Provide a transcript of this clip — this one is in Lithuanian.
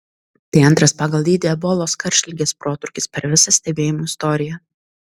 tai antras pagal dydį ebolos karštligės protrūkis per visą stebėjimų istoriją